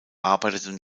arbeiteten